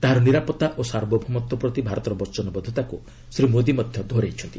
ତାହାର ନିରାପତ୍ତା ଓ ସାର୍ବଭୌମତ୍ୱ ପ୍ରତି ଭାରତର ବଚନବଦ୍ଧତାକୁ ଶ୍ରୀ ମୋଦି ମଧ୍ୟ ଦୋହରାଇଛନ୍ତି